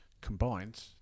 combined